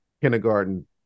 kindergarten